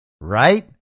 Right